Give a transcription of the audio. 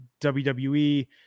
WWE